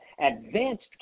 advanced